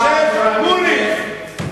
שיח'-מוניס,